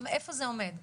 איפה זה עומד בעיקר?